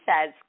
says